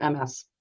MS